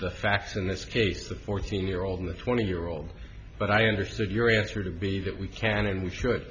the facts in this case the fourteen year old the twenty year old but i understood your answer to be that we can and we should